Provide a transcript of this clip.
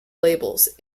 labels